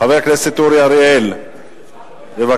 חבר הכנסת אורי אריאל, בבקשה.